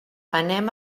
anem